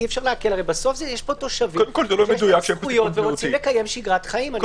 בסוף יש פה תושבים שיש להם זכויות ורוצים לקיים שגרת חיים.